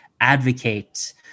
advocate